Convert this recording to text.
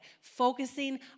Focusing